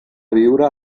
viure